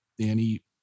Danny